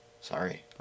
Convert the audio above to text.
sorry